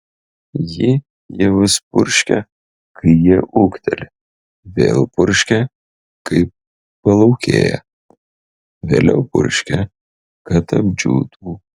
ji javus purškia kai jie ūgteli vėl purškia kai plaukėja vėliau purškia kad apdžiūtų